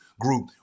Group